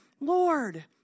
Lord